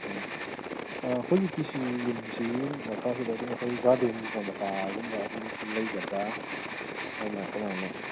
ꯑꯣ ꯍꯧꯖꯤꯛꯀꯤ ꯁꯤꯒꯤ ꯌꯨꯝꯁꯤ ꯌꯨꯝ ꯃꯈꯥꯁꯤꯗ ꯑꯗꯨꯝ ꯑꯩꯈꯣꯏ ꯒꯥꯔꯗꯦꯟꯒꯨꯝꯕ ꯃꯆꯥꯒꯨꯝꯕ ꯑꯗꯨꯝ ꯂꯩꯒꯗ꯭ꯔꯥ ꯑꯗꯨꯃꯥꯏ ꯀꯃꯥꯏꯅ